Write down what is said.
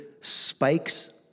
spikes